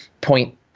point